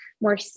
more